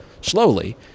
slowly